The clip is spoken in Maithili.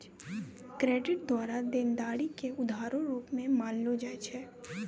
क्रेडिट द्वारा देनदारी के उधारो रूप मे मानलो जाय छै